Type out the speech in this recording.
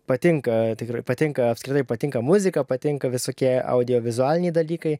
patinka tikrai patinka apskritai patinka muzika patinka visokie audiovizualiniai dalykai